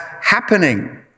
happening